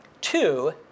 Two